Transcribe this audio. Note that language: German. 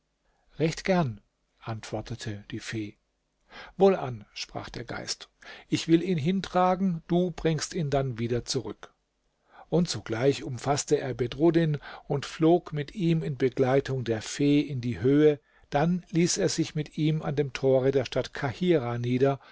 recht gern antwortete die fee wohlan sprach der geist ich will ihn hintragen du bringst ihn dann wieder zurück und sogleich umfaßte er bedruddin und flog mit ihm in begleitung der fee in die höhe dann ließ er sich mit ihm an dem tore der stadt kahirah nieder